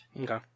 Okay